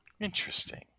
Interesting